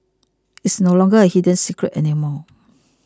it's no longer a hidden secret anymore